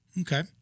Okay